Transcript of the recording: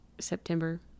September